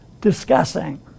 discussing